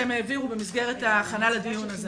שהם העבירו במסגרת ההכנה לדיון הזה